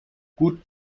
gut